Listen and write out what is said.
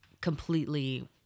completely